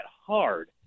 hard